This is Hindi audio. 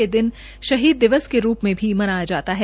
ये दिन शहीद दिवस के रूप में भी मनाया जाता है